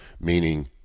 meaning